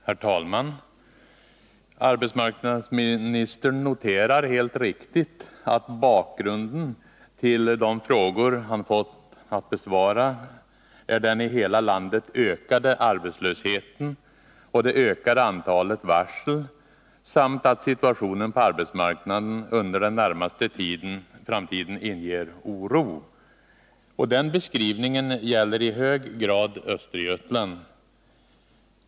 Herr talman! Arbetsmarknadsministern noterar helt riktigt att bakgrunden till de frågor han fått att besvara är den i hela landet ökade arbetslösheten och det ökade antalet varsel samt att situationen på arbetsmarknaden under den närmaste framtiden inger oro. Den beskrivningen gäller i hög grad Östergötland.